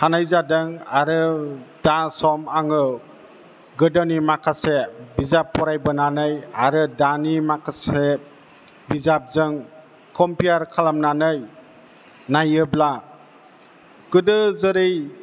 हानाय जादों आरो दा सम आङो गोदोनि माखासे बिजाब फरायबोनानै आरो दानि माखासे बिजाबजों कम्पेयार खालामनानै नायोब्ला गोदो जेरै